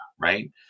right